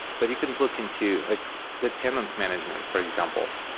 but you can look into ah the tenant management, for example.